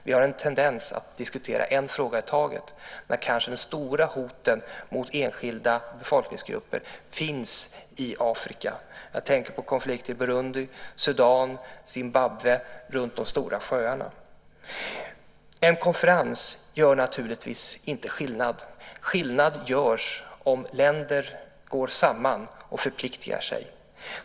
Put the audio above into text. Vi har en tendens att diskutera en fråga i taget, när de stora hoten mot enskilda befolkningsgrupper kanske finns i Afrika. Jag tänker på konflikter i Burundi, Sudan, Zimbabwe och runt de stora sjöarna. En konferens gör naturligtvis inte skillnad. Skillnad görs om länder går samman och förpliktar sig.